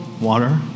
water